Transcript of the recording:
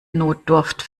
notdurft